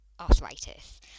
arthritis